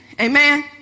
Amen